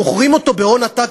מוכרים אותו בהון עתק,